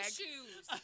shoes